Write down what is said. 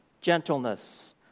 gentleness